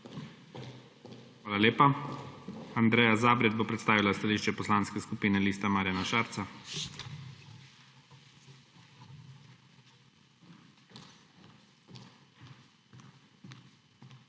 Hvala lepa. Andreja Zabret bo predstavila stališče Poslanske skupine Liste Marjana Šarca. **ANDREJA